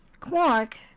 Quark